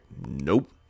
nope